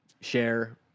share